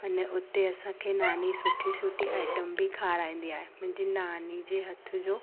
अना हुते असांखे नानी सुठी सुठी आइटम बि खाराईंदी आहे मुंहिंजी नानी जे हथ जो